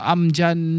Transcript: Amjan